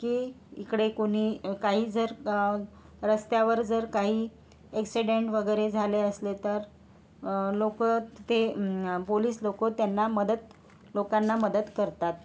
की इकडे कोणी काही जर रस्त्यावर जर काही ॲक्सिडेंट वगैरे झाले असले तर लोकं तिथे पोलीस लोकं त्यांना मदत लोकांना मदत करतात